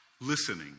listening